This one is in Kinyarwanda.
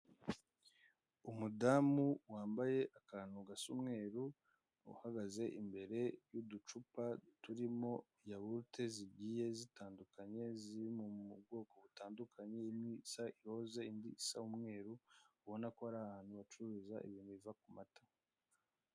Umudamu wambaye akantu gasa umweru, uhagaze imbere y'uducupa turimo yahurute zigiye zitandukanye, ziri mu bwoko butandukanye imwe isa iroze ind isa umweru, ubona ko ari ahantu bacuruza ibintu biva ku mata.